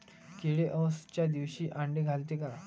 किडे अवसच्या दिवशी आंडे घालते का?